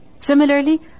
Similarly